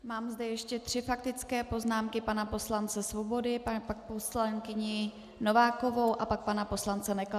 Mám zde ještě tři faktické poznámky pana poslance Svobody, pak paní poslankyni Novákovou a pak pana poslance Nekla.